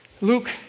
Luke